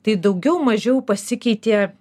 tai daugiau mažiau pasikeitė